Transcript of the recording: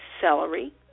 celery